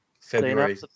February